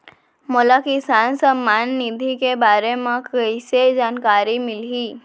मोला किसान सम्मान निधि के बारे म कइसे जानकारी मिलही?